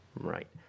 Right